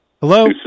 Hello